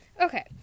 okay